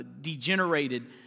degenerated